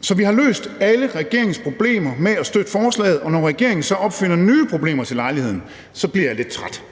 Så vi har løst alle regeringens problemer med at støtte forslaget, og når regeringen så opfinder nye problemer til lejligheden, bliver jeg lidt træt.